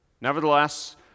Nevertheless